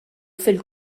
fil